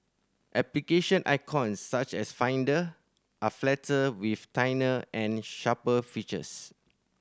application icons such as Finder are flatter with and sharper features